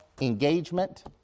engagement